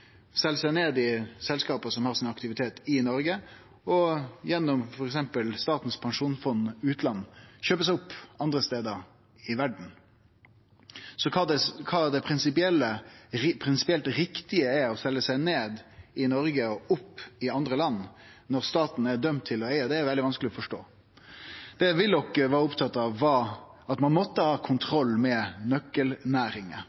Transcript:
sel seg ned i selskap som har aktiviteten sin i Noreg, og gjennom f.eks. Statens pensjonsfond utland kjøper ein seg opp andre stader i verda. Så kva som er prinsipielt riktig med å selje seg ned i Noreg og opp i andre land når staten er dømd til å eige, er veldig vanskeleg å forstå. Det Willoch var opptatt av, var at ein måtte ha